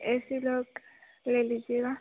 एसीडोक ले लीजिएगा